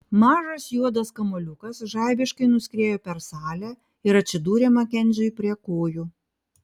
mažas juodas kamuoliukas žaibiškai nuskriejo per salę ir atsidūrė makenziui prie kojų